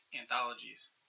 anthologies